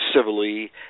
civilly